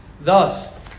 Thus